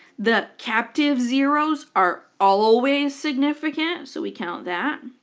the captive zeroes are always significant so we count that.